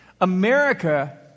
America